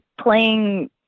playing